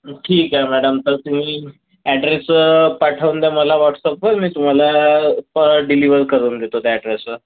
ठीक आहे मॅडम तर तुम्ही ॲड्रेस पाठवून द्या मला व्हॉट्सॲपवर मी तुम्हाला डिलिवर करून देतो त्या ॲड्रेसवर